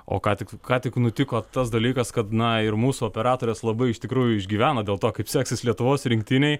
o ką tik ką tik nutiko tas dalykas kad na ir mūsų operatorės labai iš tikrųjų išgyvena dėl to kaip seksis lietuvos rinktinei